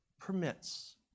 permits